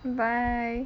bye